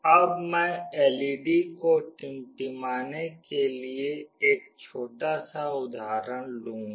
अब मैं एलईडी को टिमटिमाने के लिए एक छोटा सा उदाहरण लूंगी